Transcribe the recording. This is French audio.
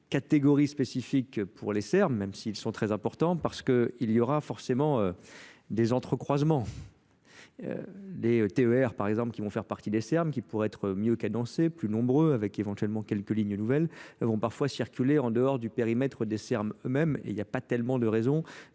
catégorie spécifique pour les Serbes, même s'ils sont très importants, parce que il y aura forcément des entre croisements. Des E R, par exemple, qui vont faire partie des Serbes qui pourraient être mieux cadencés, plus nombreux, avec éventuellement quelques lignes nouvelles, vont parfois circuler en dehors du périmètre des termes eux mêmes et il n'y a pas tellement de raisons